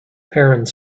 parents